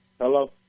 Hello